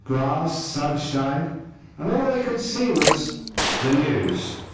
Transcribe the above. grass, sunshine and all he could see was the news